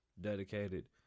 dedicated